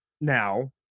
now